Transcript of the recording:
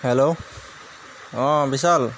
hello অঁ বিচাল